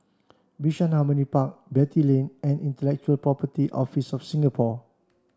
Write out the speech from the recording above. Bishan Harmony Park Beatty Lane and Intellectual Property Office of Singapore